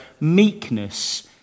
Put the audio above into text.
meekness